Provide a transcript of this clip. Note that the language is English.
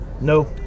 No